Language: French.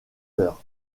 heures